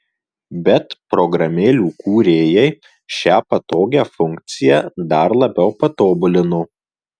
bet programėlių kūrėjai šią patogią funkciją dar labiau patobulino